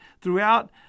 Throughout